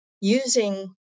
using